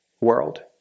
world